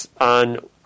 on